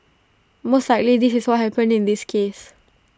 most likely this is what happened in this case